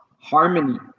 Harmony